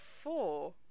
four